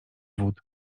wód